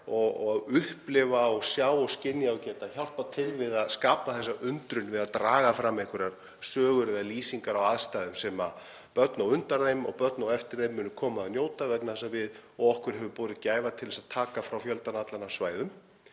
og upplifa og sjá og skynja og geta hjálpað til við að skapa þessa undrun við að draga fram einhverjar sögur eða lýsingar á aðstæðum sem börn á undan þeim og börn á eftir þeim munu koma að njóta vegna þess að okkur hefur borið gæfa til að taka frá fjöldann allan af svæðum